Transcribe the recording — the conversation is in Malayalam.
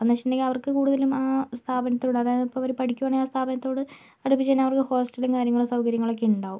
അപ്പം എന്ന് വെച്ചിട്ടുണ്ടെങ്കിൽ അവർക്ക് കൂടുതലും ആ സ്ഥാപനത്തിനോട് അതായത് അവർ പഠിക്കുകയാണെങ്കിൽ ആ സ്ഥാപനത്തോട് അടുപ്പിച്ച് തന്നെ അവർക്ക് ഹോസ്റ്റലും കാര്യങ്ങളും സൗകര്യങ്ങളൊക്കെ ഉണ്ടാകും